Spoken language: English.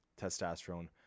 testosterone